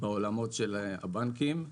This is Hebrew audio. בעולמות של הבנקים.